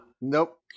Nope